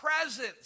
presence